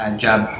job